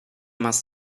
must